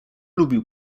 lubił